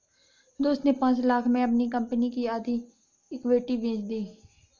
दोस्त ने पांच लाख़ में अपनी कंपनी की आधी इक्विटी बेंच दी